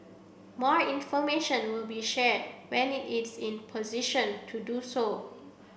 more information will be shared when it is in position to do so